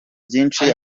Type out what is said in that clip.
byinshi